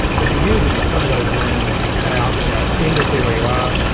but to use em, you've kinda gotta zoom out and yeah in to see where you are.